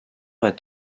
est